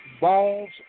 balls